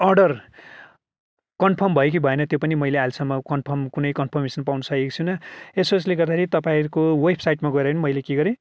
order confirm भयो कि भएन त्यो पनि मैले अहिलेसम्म कन्फर्म कुनै कन्फर्मेसन पाउनसकेको छुइनँ यसोस्ले गर्दाखेरि तपाईँहरूको वेबसाइटमा गएर पनि मैले के गरेँ